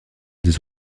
des